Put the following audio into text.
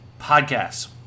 podcasts